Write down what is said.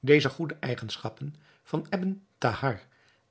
deze goede eigenschappen van ebn thahar